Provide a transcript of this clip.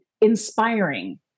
inspiring